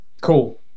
Cool